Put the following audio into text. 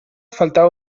faltava